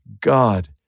God